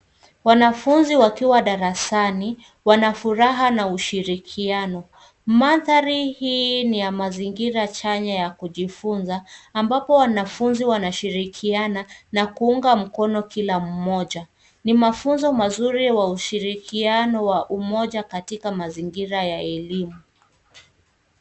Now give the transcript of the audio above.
Wanafunzi wakiwa darasani, wana furaha na ushirikiano. Manthari hii ni ya mazingira chanya ya kujifunza ambapo wanafunzi wanashirikiana na kuunga mkono kila mmoja. Ni mafunzo mazuri wa ushiriano wa umoja katika mazingira ya elimu.